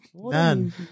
Man